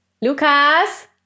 Lucas